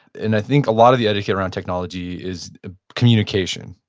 and i think a lot of the etiquette around technology is communication,